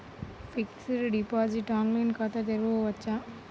Fixed deposit online ఖాతా తెరువవచ్చా?